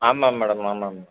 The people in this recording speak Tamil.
ஆமாம் மேடம் ஆமாம் மேடம்